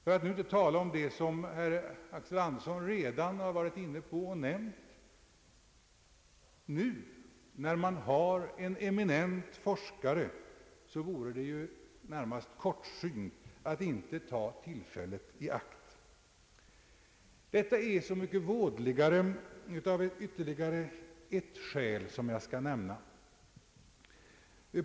För att inte tala om det som herr Axel Andersson redan nämnt: När man nu har en: eminent forskare vore det närmast kortsynt att ej taga tillfället i akt. Detta är så mycket vådligare av ytterligare ett skäl som jag skall nämna.